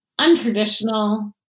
untraditional